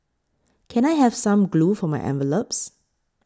can I have some glue for my envelopes